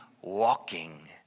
walking